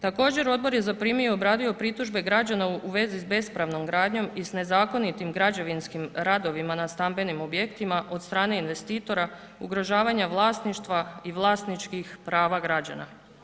Također odbor je zaprimio i obradio pritužbe građana u vezi s bespravnom gradnjom i s nezakonitim građevinskim radovima na stambenim objektima od strane investitora, ugrožavanja vlasništva i vlasničkih prava građana.